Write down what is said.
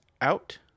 out